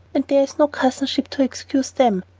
and there is no cousinship to excuse them.